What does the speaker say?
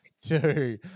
two